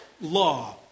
law